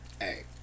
Hey